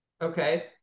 okay